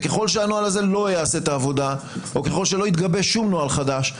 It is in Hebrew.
וככל שהנוהל הזה לא יעשה את העבודה או ככל שלא יתגבש שום נוהל חדש,